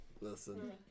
Listen